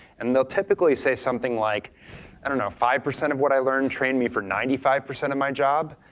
and they'll typically say something like i don't know, five percent of what i learned trained me for ninety five percent of my job,